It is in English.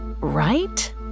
right